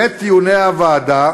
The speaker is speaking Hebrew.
בעת דיוני הוועדה,